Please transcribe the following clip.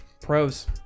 pros